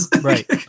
right